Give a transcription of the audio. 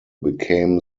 became